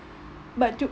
but to